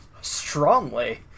Strongly